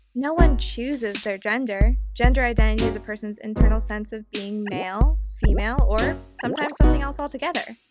no one chooses their gender. gender identity is a person's internal sense of being male, female, or sometimes something else altogether.